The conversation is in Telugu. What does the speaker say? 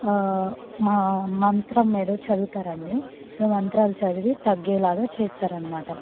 మా మంత్రం ఏదో చదువుతారండి ఏదో మంత్రాలు చదివి తగ్గేలాగ చేస్తారన్నమాట